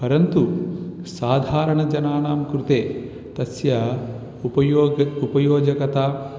परन्तु साधारणजनानां कृते तस्य उपयोगः उपयोजकता